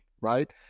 right